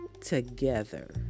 together